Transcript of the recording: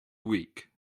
weak